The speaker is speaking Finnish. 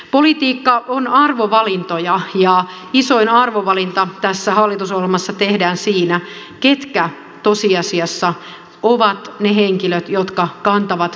politiikka on arvovalintoja ja isoin arvovalinta tässä hallitusohjelmassa tehdään siinä ketkä tosiasiassa ovat ne henkilöt jotka kantavat kortensa kekoon